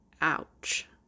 Ouch